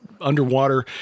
underwater